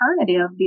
alternative